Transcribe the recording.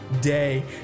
day